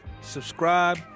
subscribe